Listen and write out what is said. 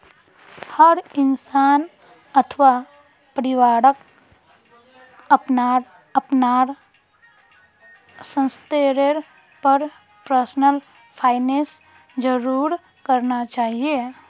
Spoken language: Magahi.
हर इंसान अथवा परिवारक अपनार अपनार स्तरेर पर पर्सनल फाइनैन्स जरूर करना चाहिए